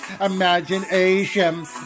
Imagination